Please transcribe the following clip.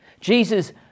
Jesus